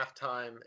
halftime